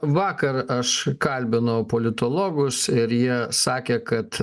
vakar aš kalbinau politologus ir jie sakė kad